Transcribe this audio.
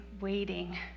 waiting